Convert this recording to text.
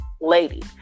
lady